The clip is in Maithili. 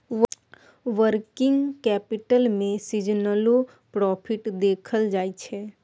वर्किंग कैपिटल में सीजनलो प्रॉफिट देखल जाइ छइ